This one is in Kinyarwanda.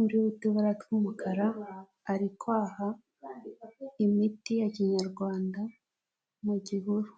uriho utubara tw'umukara, ari kwaha imiti ya kinyarwanda mu gihuru.